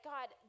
God